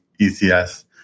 ECS